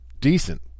decent